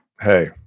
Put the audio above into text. Hey